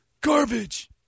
Garbage